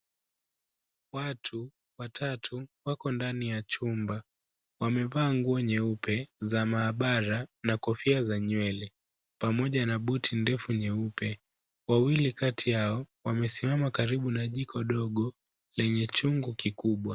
Watu watatu wako ndani ya chumba. Wamevaa nguo nyeupe za maabara na kofia za nywele pamoja na buti ndefu nyeupe. Wawili kati yao wamesimama karibu na jiko dogo lenye chungu kikubwa.